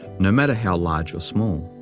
no matter how large or small.